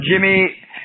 Jimmy